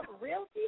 realty